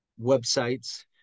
websites